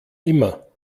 immer